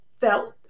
felt